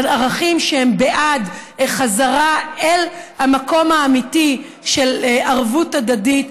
ערכים שהם בעד חזרה אל המקום האמיתי של ערבות הדדית.